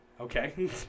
okay